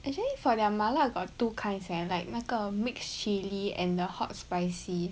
actually for their 麻辣 got two kinds sia like 那个 mix chilli and the hot spicy